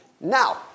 Now